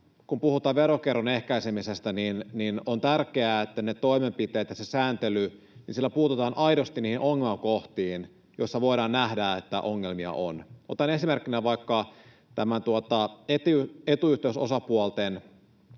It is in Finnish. kun puhutaan veronkierron ehkäisemisestä, on tärkeää, että niillä toimenpiteillä ja sillä sääntelyllä puututaan aidosti niihin ongelmakohtiin, joissa voidaan nähdä, että ongelmia on. Otan esimerkkinä vaikka etuyhteysosapuolten